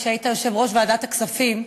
כשהיית יושב-ראש ועדת הכספים,